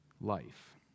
Life